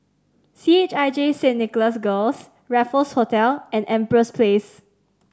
C H I J Saint Nicholas Girls Raffles Hotel and Empress Place